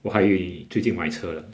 我还以为最近买车了